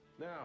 Now